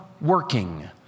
working